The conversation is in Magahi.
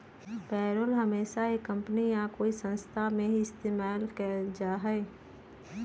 पेरोल हमेशा ही कम्पनी या कोई संस्था में ही इस्तेमाल कइल जाहई